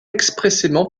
expressément